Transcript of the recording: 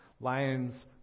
lions